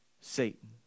Satan